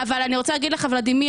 אבל ולדימיר,